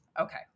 Okay